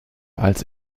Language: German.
als